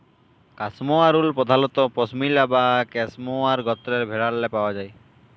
cashmere wool পধালত পশমিলা বা ক্যাসমোয়ার গত্রের ভেড়াল্লে পাউয়া যায়